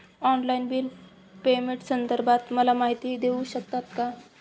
Online bill पेमेंटसंदर्भात मला माहिती देऊ शकतात का?